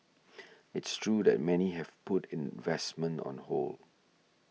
it's true that many have put investment on hold